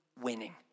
winning